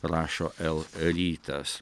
rašo lrytas